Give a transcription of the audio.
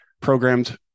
programmed